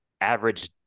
average